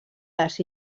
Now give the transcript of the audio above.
les